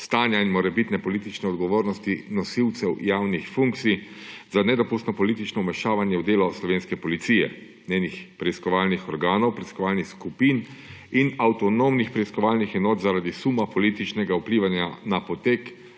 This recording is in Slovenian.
stanja in morebitne politične odgovornosti nosilcev javnih funkcij za nedopustno politično vmešavanje v delo slovenske policije, njenih preiskovalnih organov, preiskovalnih skupin in avtonomnih preiskovalnih enot zaradi suma političnega vplivanja na potek